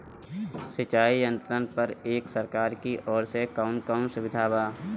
सिंचाई यंत्रन पर एक सरकार की ओर से कवन कवन सुविधा बा?